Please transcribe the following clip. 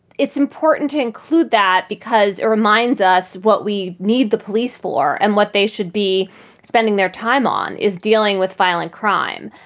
it's important to include that because it reminds us what we need the police for and what they should be spending their time on is dealing with violent crime.